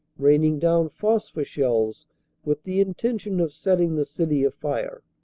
raining down phosphor shells with the intention of setting the city afire.